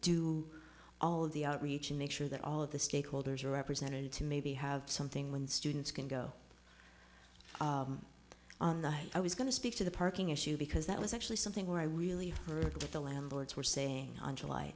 do all of the outreach and make sure that all of the stakeholders are represented to maybe have something when students can go and i was going to speak to the parking issue because that was actually something where i really heard the landlords were saying on july